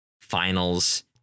finals